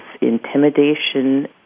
intimidation